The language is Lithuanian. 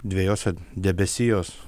dviejose debesijos